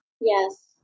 Yes